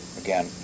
Again